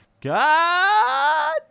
God